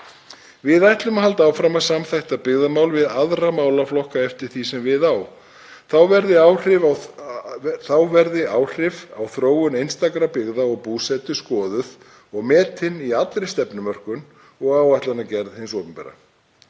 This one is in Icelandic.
Við ætlum að halda áfram að samþætta byggðamál við aðra málaflokka eftir því sem við á. Þá verði áhrif á þróun einstakra byggða og búsetu skoðuð og metin í allri stefnumörkun og áætlanagerð hins opinbera.